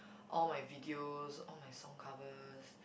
all my videos all my song covers